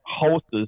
houses